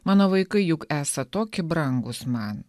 mano vaikai juk esą toki brangūs man